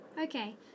okay